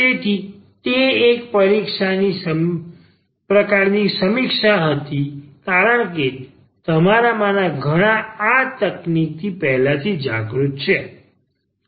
તેથી તે એક પ્રકારની સમીક્ષા હતી કારણ કે તમારામાંના ઘણા આ બધા તકનીકથી પહેલાથી જાગૃત છે